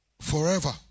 forever